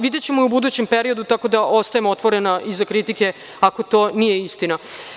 Videćemo u budućem periodu, tako da ostajem otvorena i za kritike ako to nije istina.